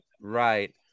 Right